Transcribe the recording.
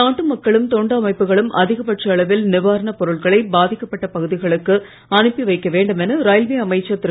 நாட்டு மக்களும் தொண்டு அமைப்புகளும் அதிகப்பட்ச அளவில் நிவாரணப் பொருட்களை பாதிக்கப்பட்ட பகுதிகளுக்கு அனுப்பி வைக்க வேண்டும் என ரயில்வே அமைச்சர் திரு